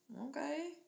okay